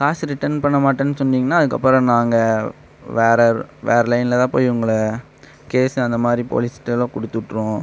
காசு ரிட்டன் பண்ண மாட்டேன்னு சொன்னீங்கன்னால் அதுக்கப்புறம் நாங்கள் வேறு வேறு லைனில் தான் போய் உங்களை கேஸு அந்த மாதிரி போலீஸ்கிட்ட தான் கொடுத்து விட்ருவோம்